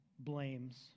blames